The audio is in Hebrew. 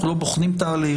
אנחנו לא בוחנים תהליך,